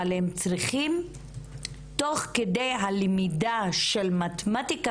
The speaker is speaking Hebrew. אבל הם צריכים תוך כדי הלמידה של מתמטיקה